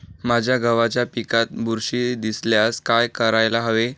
माझ्या गव्हाच्या पिकात बुरशी दिसल्यास काय करायला हवे?